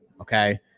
Okay